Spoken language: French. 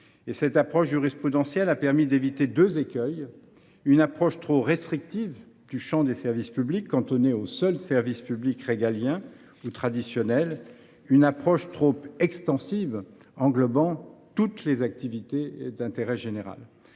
Cette approche jurisprudentielle a permis d’éviter deux écueils : une approche trop restrictive du champ des services publics, cantonnés aux seuls services publics régaliens ou traditionnels ; à l’inverse, une approche trop extensive englobant toutes les activités d’intérêt général.